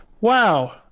Wow